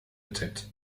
attempt